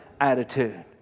attitude